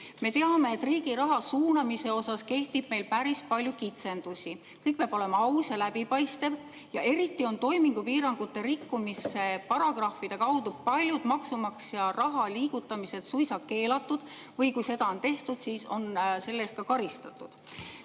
Me teame, et riigi raha suunamise puhul kehtib meil päris palju kitsendusi, kõik peab olema aus ja läbipaistev. Eriti on toimingupiirangute rikkumise paragrahvide kaudu paljud maksumaksja raha liigutamised suisa keelatud või kui seda on tehtud, siis on selle eest ka karistatud.